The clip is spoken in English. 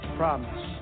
promise